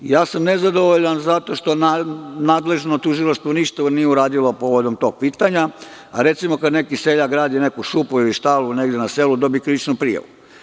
Nezadovoljan sam zato što nadležno tužilaštvo ništa nije uradilo povodom tog pitanja, a recimo kada neki seljak gradi neku šupu ili štalu, negde na selu, dobije krivičnu prijavu.